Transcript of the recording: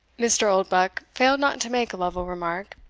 mr. oldbuck failed not to make lovel remark,